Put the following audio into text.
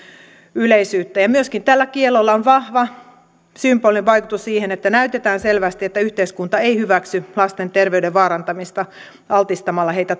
yleisyyttä tällä kiellolla on myöskin vahva symbolinen vaikutus siinä että näytetään selvästi että yhteiskunta ei hyväksy lasten terveyden vaarantamista altistamalla heitä